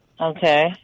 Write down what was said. okay